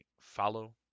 follow